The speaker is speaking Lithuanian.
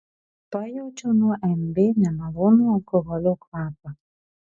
pajaučiau nuo mb nemalonų alkoholio kvapą